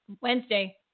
wednesday